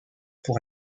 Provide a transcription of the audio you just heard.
pour